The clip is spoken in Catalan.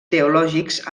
teològics